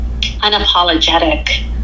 unapologetic